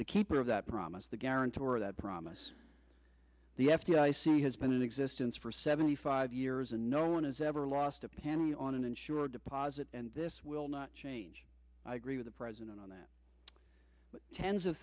the keeper of that promise the guarantor of that promise the f b i says he has been in existence for seventy five years and no one has ever lost a penny on an insured deposit and this will not change i agree with the president on that but tens of